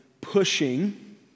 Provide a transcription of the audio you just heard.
pushing